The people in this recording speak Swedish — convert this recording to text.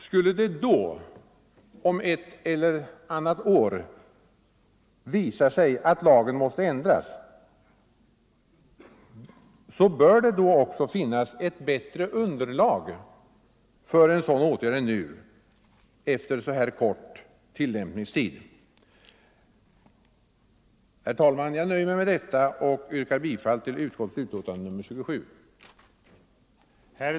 Skulle det om ett eller annat år visa sig att lagen måste ändras bör det då också finnås ett bättre underlag för en sådan åtgärd än nu efter så här kort tillämpningstid. Herr talman! Jag nöjer mig med detta och yrkar bifall till justitieutskottets hemställan i dess betänkande nr 27.